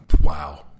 Wow